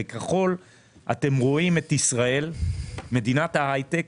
בצבע הכחול אתם רואים את ישראל, מדינת הייטק.